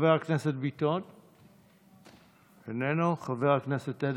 חבר הכנסת ביטון, איננו, חבר הכנסת אדלשטיין,